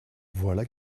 voilà